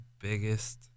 biggest